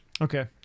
Okay